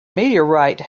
meteorite